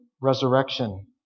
resurrection